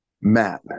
Matt